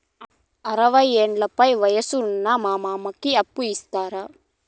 అరవయ్యేండ్ల పైన వయసు ఉన్న మా మామకి అప్పు ఇస్తారా